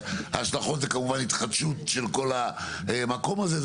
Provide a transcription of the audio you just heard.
ההשלכות הן כמובן גם התחדשות של כל המקום הזה.